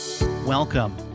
Welcome